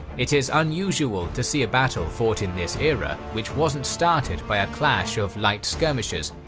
it is unusual to see a battle fought in this era which wasn't started by a clash of light skirmishers,